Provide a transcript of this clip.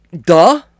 duh